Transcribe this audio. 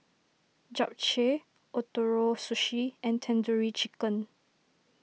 Japchae Ootoro Sushi and Tandoori Chicken